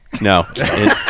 No